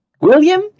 William